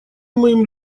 моим